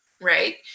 right